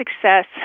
Success